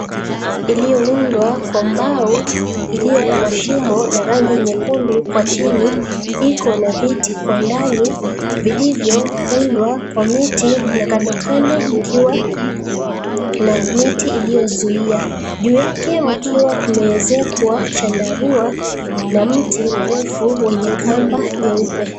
Iliyoundwa kwa mbao iliyo na mashimo na rangi nyekundu kwa chini, iko na viti kwa ndani vilivyoundwa kwa miti na kandokando mkiwa na miti iliyozuia. Juu yake mkiwa kumeezekwa chandarua, na mti mrefu wenye kamba nyeupe.